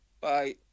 Bye